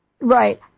Right